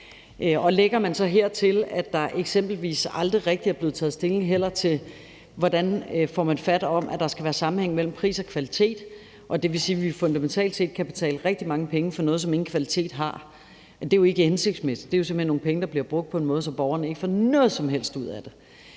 lægger man så, at der eksempelvis aldrig rigtig er blevet taget stilling til, hvordan man får fat om, at der skal være sammenhæng mellem pris og kvalitet. Og det vil sige, at vi fundamentalt set kan betale rigtig mange penge for noget, som ingen kvalitet har. Det er jo ikke hensigtsmæssigt. Det er jo simpelt hen nogle penge, der bliver brugt på en måde, så borgerne ikke får noget som helst ud af det.